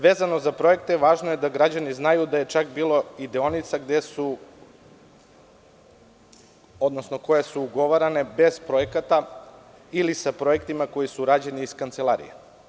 Vezano za projekte, važno je da građani znaju da je čak bilo deonica koje su ugovarane bez projekata ili sa projektima koji su rađeni iz kancelarije.